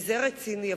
וזה רציני.